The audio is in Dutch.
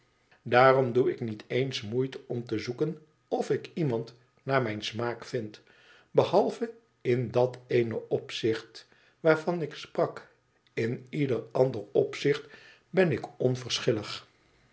daarom doe ik niet eens moeite om te zoeken of ik iemand naar mijn smaak vind behalve in dat ééne opzicht waarvan ik sprak in ieder ander opzicht ben ik